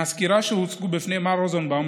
מהסקירה שהוצגה בפני מר רוזנבאום,